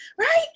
right